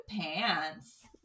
pants